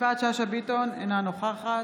יפעת שאשא ביטון, אינה נוכחת